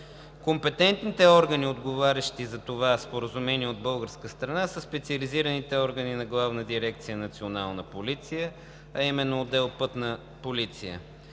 Компетентните органи, отговарящи за това споразумение от българска страна, са специализираните органи на Главна дирекция „Национална полиция“,